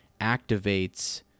activates